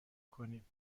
کنیم